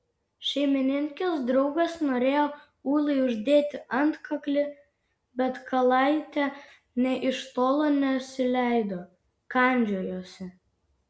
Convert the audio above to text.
šeimininkės draugas norėjo ūlai uždėti antkaklį bet kalaitė nė iš tolo nesileido kandžiojosi